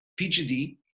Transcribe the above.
PGD